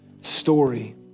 story